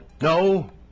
No